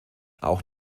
auch